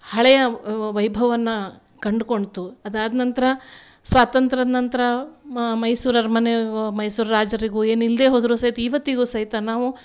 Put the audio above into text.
ಹಳೆಯ ವೈಭವವನ್ನ ಕಂಡುಕೊಂಡ್ತು ಅದಾದ್ನಂತರ ಸ್ವಾತಂತ್ರ್ಯದ ನಂತರ ಮೈಸೂರು ಅರಮನೆಗೂ ಮೈಸೂರು ರಾಜರಿಗೂ ಏನಿಲ್ಲದೆ ಹೋದರು ಸಹಿತ ಇವತ್ತಿಗೂ ಸಹಿತ ನಾವು